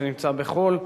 שנמצא בחוץ-לארץ,